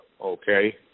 Okay